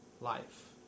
life